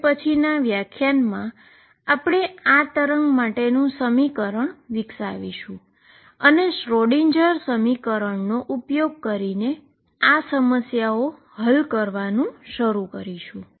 હવે પછીનાં વ્યાખ્યાનમાં આપણે આ વેવ માટે વેવનું સમીકરણ વિકસાવીશું અને શ્રોડિંજર સમીકરણનો ઉપયોગ કરીને સમસ્યાઓ હલ કરવાનું શરૂ કરીશું